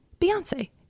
Beyonce